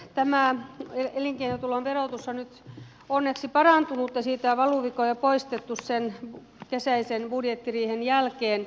tämä elinkeinotulon verotus on nyt onneksi parantunut ja siitä on valuvikoja poistettu sen kesäisen budjettiriihen jälkeen